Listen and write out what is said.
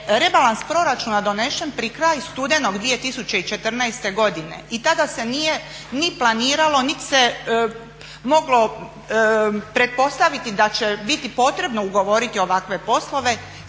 rebalans proračuna donesen pri kraj studeno 2014. godine i tada se nije ni planiralo niti se moglo pretpostaviti da će biti potrebno ugovoriti ovakve poslove.